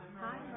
Hi